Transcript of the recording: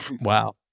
wow